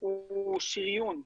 הוא שריוּן,